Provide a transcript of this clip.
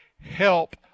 help